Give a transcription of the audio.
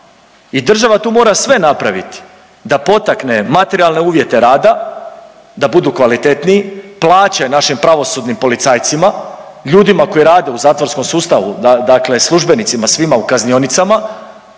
država tu mora sve napraviti da potakne materijalne uvjete rada da budu kvalitetniji, plaće našim pravosudnim policajcima, ljudima koji rade u zatvorskom sustavu da dakle službenicima, svima u kaznionicama